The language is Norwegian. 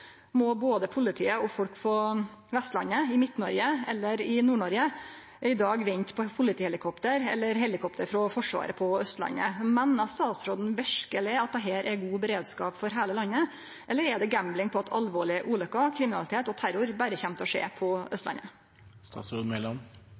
må både politiet og folk på Vestlandet, i Midt-Noreg eller i Nord-Noreg i dag vente på eit politihelikopter eller eit helikopter frå Forsvaret på Austlandet. Meiner statsråden verkeleg at dette er god beredskap for heile landet, eller er det gambling på at alvorlege ulykker, kriminalitet og terror berre kjem til å skje på